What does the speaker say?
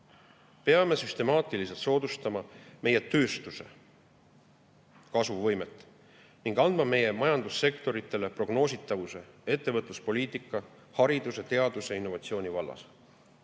Peame süstemaatiliselt soodustama meie tööstuse kasvuvõimet ning andma meie majandussektoritele prognoositavuse ettevõtluspoliitika, hariduse, teaduse ja innovatsiooni vallas.